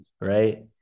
right